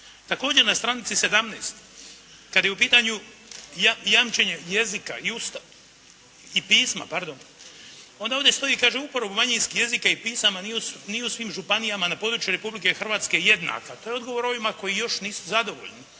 Također na stranici 17 kada je u pitanju jamčenje jezika i Ustav i pisma, pardon. Onda ovdje stoji kaže uporabu manjinskih jezika i pisama nije u svim županijama na području Republike Hrvatske jednaka, to je odgovor ovima koji još nisu zadovoljni.